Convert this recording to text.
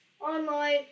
online